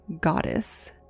goddess